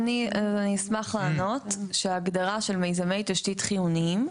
אז אני אשמח לענות שההגדרה של מיזמי תשתית חיוניים,